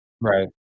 Right